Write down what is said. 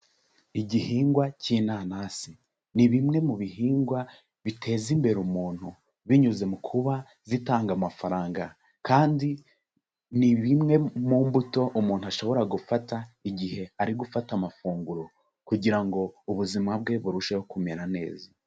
Igihingwa cy'inanasi ni bimwe mu bihingwa biteza imbere umuntu binyuze mu kuba zitanga amafaranga kandi ni bimwe mu mbuto umuntu ashobora gufata igihe ari gufata amafunguro kugira ngo ubuzima bwe burusheho kumera neza.